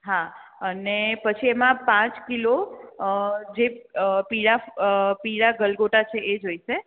હા અને પછી એમા પાંચ કિલો જે પીળા પીળા ગલગોટા છે એ જોઈસે